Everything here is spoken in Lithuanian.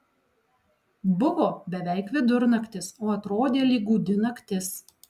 buvo beveik vidurnaktis o atrodė lyg gūdi naktis